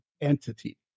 Entity